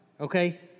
Okay